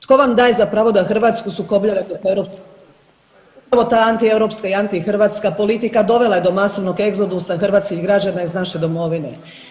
Tko vam daje za pravo da Hrvatsku sukobljavate sa … [[Govornica se ne čuje.]] Upravo ta antieuropska i antihrvatska politika dovela je do masovnog egzodusa hrvatskih građana iz naše domovine.